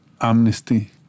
amnesty